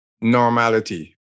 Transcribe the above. normality